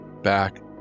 back